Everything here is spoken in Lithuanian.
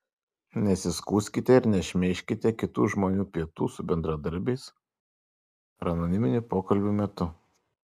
nesiskųskite ir nešmeižkite kitų žmonių pietų su bendradarbiais ar anoniminių pokalbių metų